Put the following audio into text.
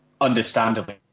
understandably